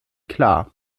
klar